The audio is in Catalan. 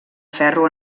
ferro